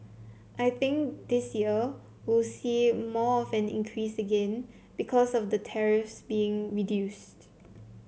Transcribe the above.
I think this year we'll see more of an increase again because of the tariffs being reduced